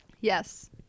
yes